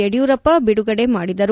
ಯಡಿಯೂರಪ್ಪ ಬಿಡುಗಡೆ ಮಾಡಿದರು